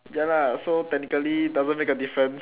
ya lah so technically doesn't make a difference